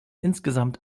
insgesamt